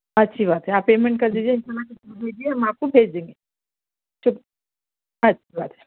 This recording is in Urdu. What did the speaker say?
اچھی بات ہے آپ پیمنٹ کر دیجئے اطلاع بھیجئے ہم آپ کو بھیج دیں گے اچھی بات ہے